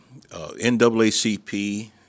NAACP